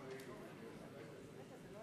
אולי נלך הביתה יותר מוקדם.